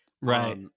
Right